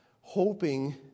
hoping